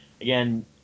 Again